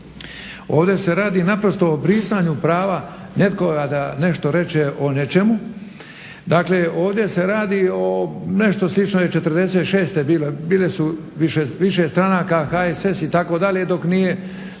ovdje se radi naprosto o brisanju prava nekoga da nešto reče o nečemu, dakle ovdje se radi o nešto slično je '46. bilo, bilo je više stranka HSS itd. dok nisu